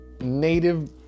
native